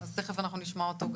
יש להם כאן נציג ותכף נשמע אותו.